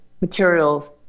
materials